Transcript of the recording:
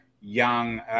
young